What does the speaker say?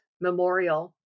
memorial